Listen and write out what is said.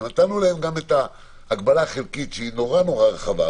ונתנו להם גם את ההגבלה החלקית שהיא נורא רחבה,